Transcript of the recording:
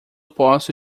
posso